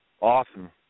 awesome